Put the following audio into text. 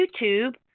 YouTube